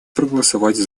проголосовать